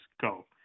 go